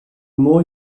more